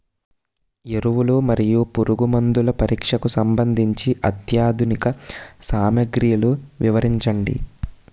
ఎరువులు మరియు పురుగుమందుల పరీక్షకు సంబంధించి అత్యాధునిక సామగ్రిలు వివరించండి?